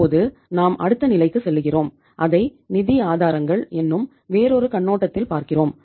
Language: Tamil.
இப்போது நாம் அடுத்த நிலைக்குச் செல்லுகிறோம் அதை நிதி ஆதாரங்கள் என்னும் வேறொரு கண்ணோட்டத்தில் பார்க்கிறோம்